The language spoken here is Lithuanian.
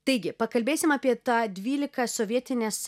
taigi pakalbėsim apie tą dvylika sovietinės